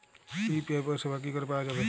UPI পরিষেবা কি করে পাওয়া যাবে?